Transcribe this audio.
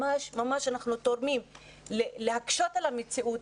ממש אנחנו תורמים להקשות על המציאות,